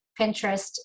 Pinterest